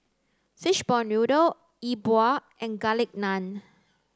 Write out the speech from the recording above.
Fishball Noodle E Bua and Garlic Naan